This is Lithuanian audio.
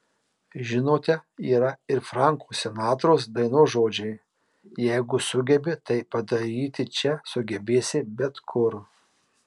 žinote yra ir franko sinatros dainos žodžiai jeigu sugebi tai padaryti čia sugebėsi bet kur